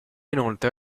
inoltre